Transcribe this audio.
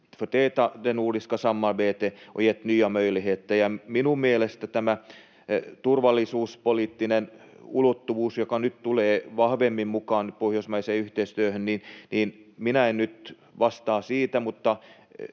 Minun mielestäni tämä turvallisuuspoliittinen ulottuvuus, joka nyt tulee vahvemmin mukaan pohjoismaiseen yhteistyöhön... Minä en nyt vastaa siitä, mutta